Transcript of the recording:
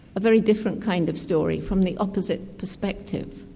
a very different kind of story from the opposite perspective.